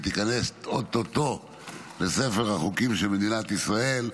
ותיכנס או-טו-טו לספר החוקים של מדינת ישראל,